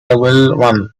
one